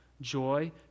joy